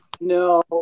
No